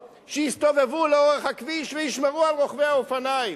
שיסתובבו לאורך הכביש וישמרו על רוכבי האופניים.